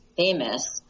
famous